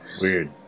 weird